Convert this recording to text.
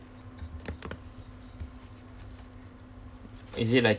is it like